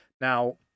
Now